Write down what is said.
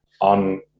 on